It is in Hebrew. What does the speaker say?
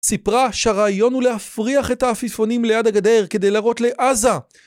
סיפרה שהרעיון הוא להפריח את העפיפונים ליד הגדר כדי להראות לעזה